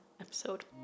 episode